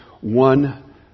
one